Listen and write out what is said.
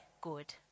good